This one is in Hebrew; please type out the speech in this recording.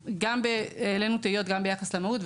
העלינו תהיות ביחס למהות,